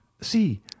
See